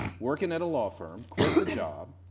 working at a law firm, quit the job,